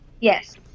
Yes